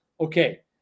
okay